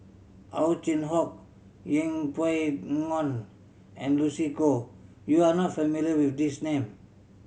Ow Chin Hock Yeng Pway Ngon and Lucy Koh you are not familiar with these name